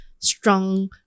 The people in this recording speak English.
strong